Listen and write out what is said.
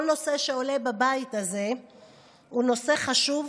כל נושא שעולה בבית הזה הוא נושא חשוב,